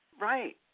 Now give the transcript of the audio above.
Right